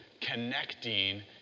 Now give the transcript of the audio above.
connecting